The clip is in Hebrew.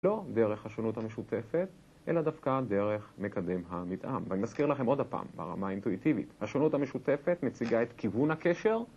‫לא דרך השונות המשותפת, ‫אלא דווקא דרך מקדם המתאם. ‫ואני מזכיר לכם עוד פעם, ‫ברמה אינטואיטיבית, ‫השונות המשותפת מציגה ‫את כיוון הקשר.